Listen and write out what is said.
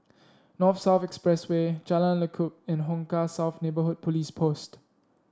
North South Expressway Jalan Lekub and Hong Kah South Neighbourhood Police Post